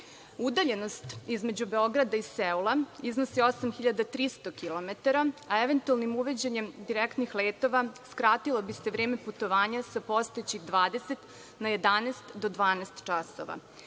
Udaljenost između Beograda i Seula iznosi 8.300 kilometara, a eventualnim uvođenjem direktnih letova skratilo bi se vreme putovanja sa postojećih 20 na 11 do 12 časova.